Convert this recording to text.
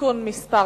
(תיקון מס'